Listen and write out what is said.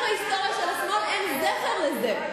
אין זכר לזה.